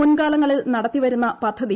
മുൻകാലങ്ങളിൽ നടത്തി വരുന്ന പദ്ധതി